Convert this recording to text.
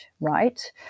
right